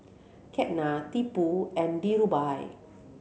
Ketna Tipu and Dhirubhai